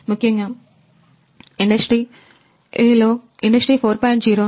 ముఖ్యముగా ఇండస్ట్రీ 4